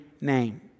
name